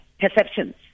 perceptions